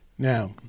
Now